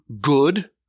good